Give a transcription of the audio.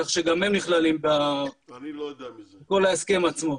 כך שהם נכללים בכל ההסכם עצמו.